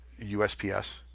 USPS